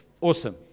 awesome